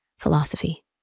philosophy